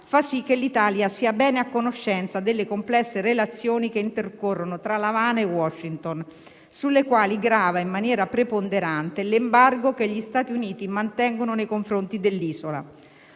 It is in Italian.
fa sì che l'Italia sia bene a conoscenza delle complesse relazioni che intercorrono tra L'Avana e Washington, sulle quali grava in maniera preponderante l'embargo che gli Stati Uniti mantengono nei confronti dell'isola.